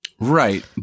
Right